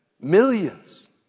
millions